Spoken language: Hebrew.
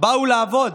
באו לעבוד